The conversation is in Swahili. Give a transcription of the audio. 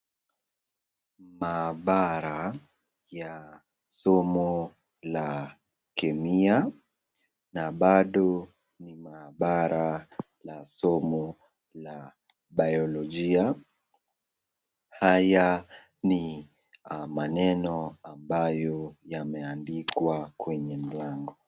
Maabara ya somo la Kemia na bado ni maabara la somo la Biolojia. Haya ni maneno ambayo yameandikwa kwenye mlango.